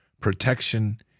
Protection